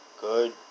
Good